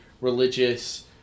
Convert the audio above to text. religious